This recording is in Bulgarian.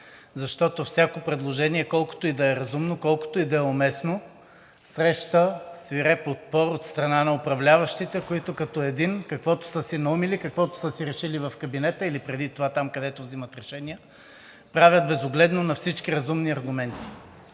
Защото всяко предложение, колкото и да е разумно, колкото и да е уместно, среща свиреп отпор от страна на управляващите, които като един каквото са си наумили, каквото са си решили в кабинета или преди това там, където вземат решения, правят безогледно на всички разумни аргументи.